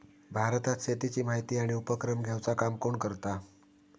भारतात शेतीची माहिती आणि उपक्रम घेवचा काम कोण करता?